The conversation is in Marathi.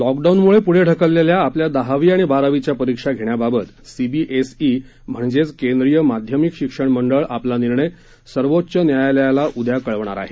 लॉकडाऊन मुळे प्रढे ढकललेल्या आपल्या दहावी आणि बारावीच्या परीक्षा घेण्याबाबत सीबीएसई म्हणजेच केंद्रीय माध्यमिक शिक्षण मंडळ आपला निर्णय उद्या सर्वोच्च न्यायालयाला कळवणार आहे